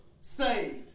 saved